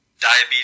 Diabetes